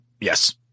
Yes